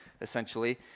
essentially